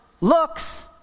looks